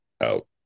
out